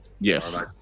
Yes